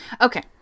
Okay